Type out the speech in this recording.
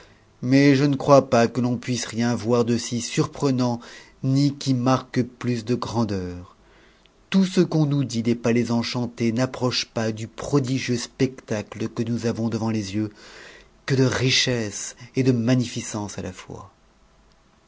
mais je ne crois pas que l'on puisse rien voir de si surprenant ni qui marque plus de grandeur tout ce qu'on nous dit des palais enchantes n'approche pas du prodigieux spectacle que nous avons devant les yeux jue de richesses et de magnificence à la fois